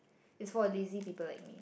it's for lazy people like me